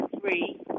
three